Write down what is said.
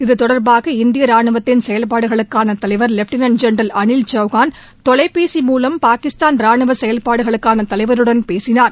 இது தொடர்பாக இந்திய ரானுவத்தின் செயல்பாடுகளுக்கான தலைவர் லெப்டினென்ட் ஜெனரல் அனில் சௌகன் தொலைபேசி மூலம் பாகிஸ்தான் ராணுவ செயல்பாடுகளுக்கான தலைவருடன் பேசினார்